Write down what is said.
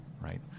right